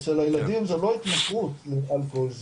אצל הילדים זה לא התמכרות לאלכוהול,